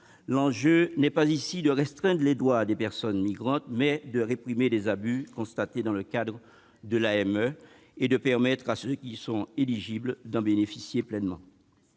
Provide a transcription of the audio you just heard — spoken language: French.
L'enjeu n'est pas ici de restreindre les droits des personnes migrantes, mais de réprimer les abus constatés dans le cadre de l'AME, et de permettre à ceux qui y sont éligibles d'en bénéficier pleinement.